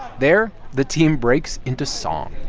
there, the team breaks into song